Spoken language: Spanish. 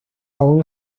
aún